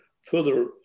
further